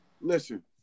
Listen